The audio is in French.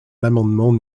l’amendement